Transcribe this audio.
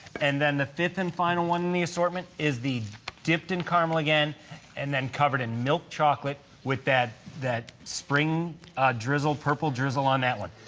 and then the fifth and final one in the assortment is the dipped in caramel again and then covered in milk chocolate with that that spring drizzled purple drizzle on that one.